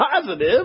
Positive